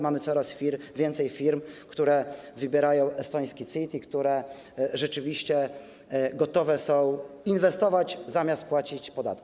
Mamy coraz więcej firm, które wybierają estoński CIT i które rzeczywiście gotowe są inwestować, zamiast płacić podatki.